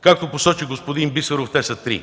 Както посочи господин Бисеров, те са три.